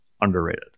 underrated